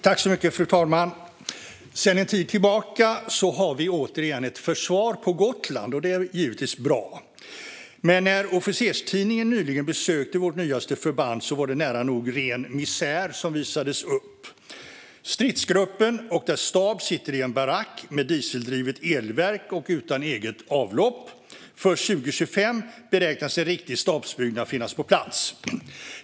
Fru talman! Sedan en tid tillbaka har vi återigen ett försvar på Gotland, och det är givetvis bra. Men när Officerstidningen nyligen besökte vårt nyaste förband var det nära nog ren misär som visades upp. Stridsgruppen och dess stab sitter i en barack med ett dieseldrivet elverk och utan eget avlopp. Först 2025 beräknas en riktig stabsbyggnad finnas på plats.